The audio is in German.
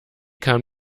kann